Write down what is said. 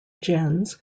gens